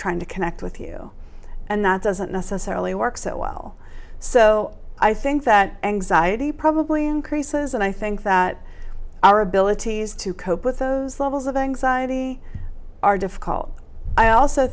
trying to connect with you and that doesn't necessarily work so well so i think that anxiety probably increases and i think that our abilities to cope with those levels of anxiety are difficult i also